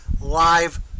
live